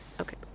okay